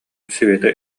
света